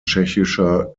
tschechischer